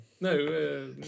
No